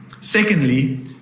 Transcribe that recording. Secondly